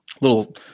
little